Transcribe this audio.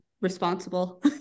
responsible